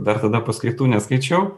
dar tada paskaitų neskaičiau